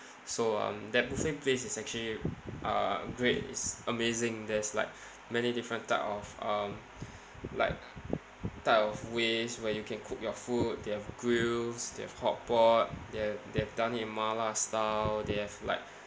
so um that buffet place is actually uh great it's amazing there's like many different type of um like type of ways where you can cook your food they have grills they have hotpot they have they have done it in mala style they have like